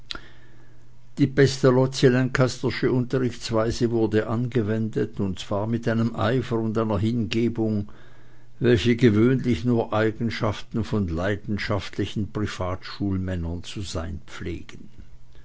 die pestalozzi lancastersche unterrichtsweise wurde angewendet und zwar mit einem eifer und einer hingebung welche gewöhnlich nur eigenschaften von leidenschaftlichen privatschulmännern zu sein pflegen